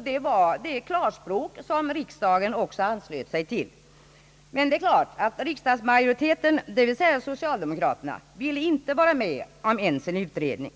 Det var det klarspråk som riksdagen också anslöt sig till. Men riksdagsmajoriteten, dvs. socialdemokraterna, ville givetvis inte vara med om ens en utredning.